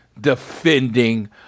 defending